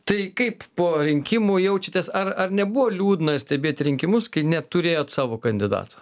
tai kaip po rinkimų jaučiatės ar ar nebuvo liūdna stebėti rinkimus kai neturėjot savo kandidato